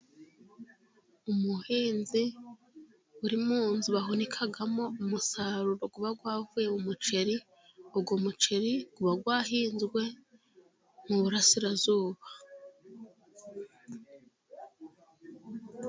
Umuhinzi uri mu nzu bahunikamo umusaruro uba wavuye mu muceri, uwo muceri uba wahinzwe mu Burasirazuba.